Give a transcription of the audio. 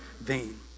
vain